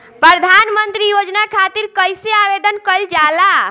प्रधानमंत्री योजना खातिर कइसे आवेदन कइल जाला?